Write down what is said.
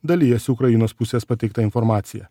dalijasi ukrainos pusės pateikta informacija